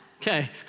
Okay